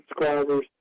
subscribers